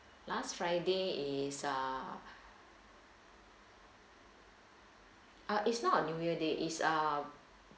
last friday is uh ah it's not a new year day is ah